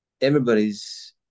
everybody's